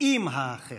עם האחר.